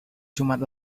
jumat